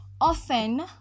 Often